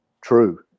True